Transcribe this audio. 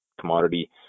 commodity